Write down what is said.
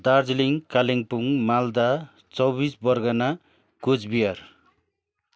Darjeeling Kalimpong Malda Chaubis Pargana Cooch Behar